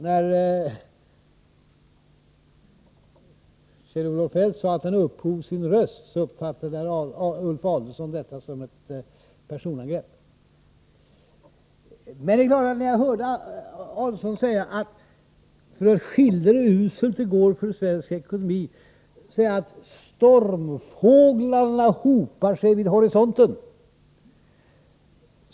När Kjell-Olof Feldt sade att Ulf Adelsohn upphov sin röst uppfattade Ulf Adelsohn detta som ett personangrepp. Herr Adelsohn sade följande när han skulle skildra hur uselt det går för svensk ekonomi: Stormfåglarna hopar sig vid horisonten.